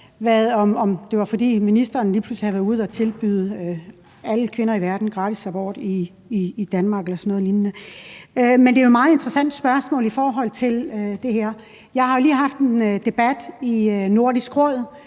det var, fordi ministeren lige pludselig havde været ude at tilbyde alle kvinder i verden gratis abort i Danmark eller sådan noget lignende. Men det her er jo et meget interessant spørgsmål. Jeg har lige haft en debat i Nordisk Råd,